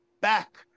back